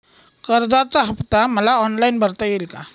कर्जाचा हफ्ता मला ऑनलाईन भरता येईल का?